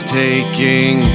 taking